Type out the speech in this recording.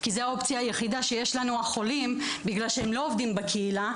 כי זו האופציה היחידה שיש לנו החולים בגלל שהם לא עובדים בקהילה,